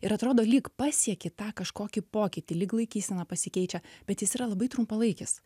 ir atrodo lyg pasieki tą kažkokį pokytį lyg laikysena pasikeičia bet jis yra labai trumpalaikis